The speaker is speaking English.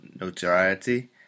notoriety